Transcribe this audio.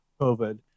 COVID